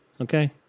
Okay